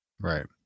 Right